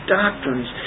doctrines